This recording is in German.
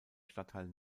stadtteil